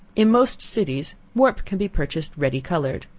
in most cities warp can be purchased ready colored.